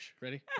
Ready